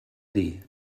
dir